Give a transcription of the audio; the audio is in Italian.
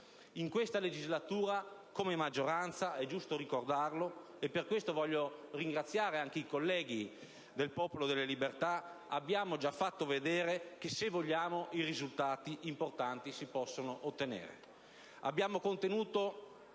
In questa legislatura, come maggioranza - è giusto ricordarlo, e per questo voglio ringraziare anche i colleghi del Popolo della Libertà - abbiamo già fatto vedere che, se vogliamo, i risultati importanti si possono ottenere.